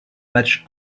matchs